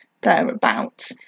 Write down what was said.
thereabouts